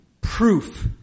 proof